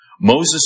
Moses